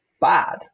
bad